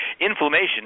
Inflammation